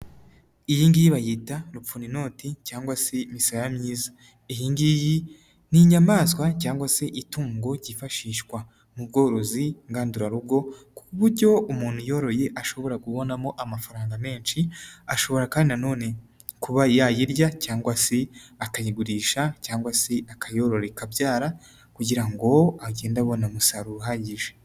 Iyi ngiyi bayita rupfuna inoti cyangwa se misaya myiza, iyi ngiyi ni inyamaswa cyangwa se itungo ryifashishwa mu bworozi ngandurarugo ku buryo umuntu uyoroye ashobora kubonamo amafaranga menshi, ashobora kandi nanone kuba yayirya cyangwa se akayigurisha cyangwa se akayoro ikabyara kugira ngo agende abona umusaruro uhagije.